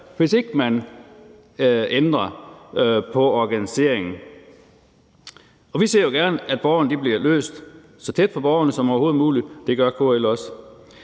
hvis ikke man ændrer på organiseringen, og vi ser jo gerne, at det bliver løst så tæt på borgerne som overhovedet muligt, og det gør KL også.